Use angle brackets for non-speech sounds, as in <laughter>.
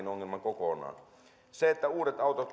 <unintelligible> ongelman kokonaan nykyisin kun uuden auton <unintelligible>